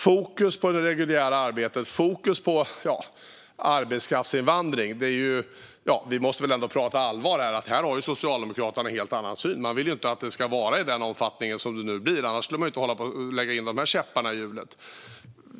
När det gäller arbetskraftsinvandringen har Socialdemokraterna en helt annan syn. De vill inte att den ska vara i den omfattning som den nu blir. Annars skulle de inte sätta käppar i hjulet.